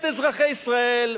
אזרחי ישראל,